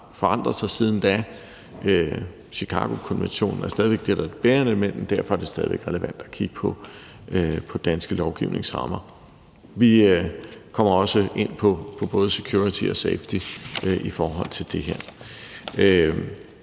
forandret sig siden da. Chicagokonventionen er stadig væk det, der er det bærende element, men derfor er det stadig væk relevant at kigge på den danske lovgivnings rammer, og vi kommer også ind på både security og safety i forhold til det her.